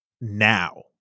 now